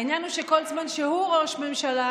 העניין הוא שכל זמן שהוא ראש ממשלה,